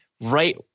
right